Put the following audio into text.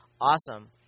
awesome